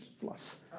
fluff